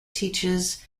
teaches